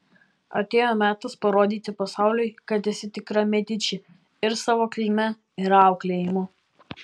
atėjo metas parodyti pasauliui kad esi tikra mediči ir savo kilme ir auklėjimu